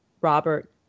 Robert